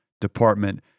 department